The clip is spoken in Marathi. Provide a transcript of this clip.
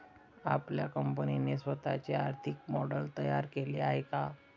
आपल्या कंपनीने स्वतःचे आर्थिक मॉडेल तयार केले आहे का?